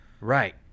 Right